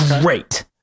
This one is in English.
great